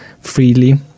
freely